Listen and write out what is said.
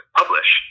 publish